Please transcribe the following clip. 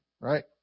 right